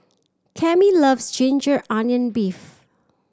Cami loves ginger onion beef